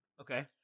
Okay